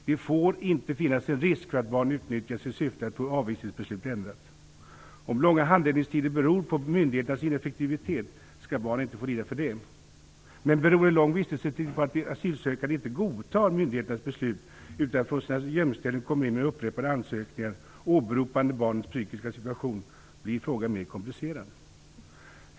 Det får inte finnas en risk för att barn utnyttjas i syfte att få avvisningsbeslut ändrat. Om långa handläggningstider beror på myndigheternas ineffektivitet skall barn inte få lida för det, men beror en lång vistelsetid på att de asylsökande inte godtar myndigheternas beslut utan från sina gömställen kommer in med upprepade ansökningar åberopande barnens psykiska situation blir frågan mer komplicerad.